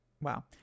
Wow